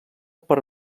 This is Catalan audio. per